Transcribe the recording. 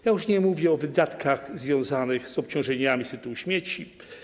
Już nie mówię o wydatkach związanych z obciążeniami z tytułu śmieci.